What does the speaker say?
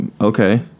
Okay